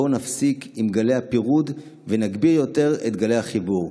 בואו נפסיק עם גלי הפירוד ונגביר יותר את גלי החיבור.